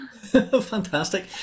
Fantastic